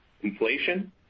inflation